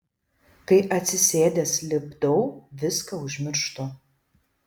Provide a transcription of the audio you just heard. kai atsisėdęs lipdau viską užmirštu